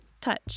Touch